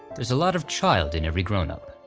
there's a lot of child in every grownup.